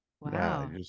Wow